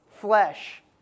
Flesh